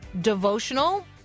devotional